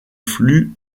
flux